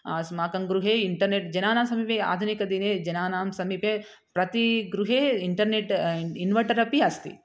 अस्माकं गृहे इण्टर्नेट् जनानां समीपे आधुनिकदिने जनानां समीपे प्रति गृहे इण्टर्नेट् इनवर्टर् अपि अस्ति